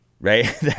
right